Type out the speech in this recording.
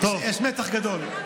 יש מתח גדול.